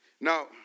Now